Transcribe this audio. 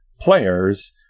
players